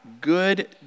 good